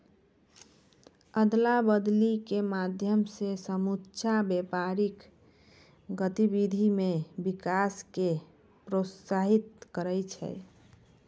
अदला बदली के माध्यम से समुच्चा व्यापारिक गतिविधि मे विकास क प्रोत्साहित करै छै